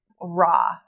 raw